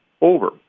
over